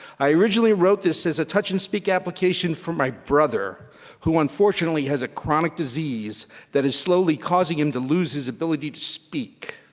i originally wrote this as a touch-and-speak application for my brother who unfortunately has a chronic disease that is slowly causing him to lose his ability to speak.